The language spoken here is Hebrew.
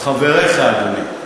חבריך, אדוני.